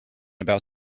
about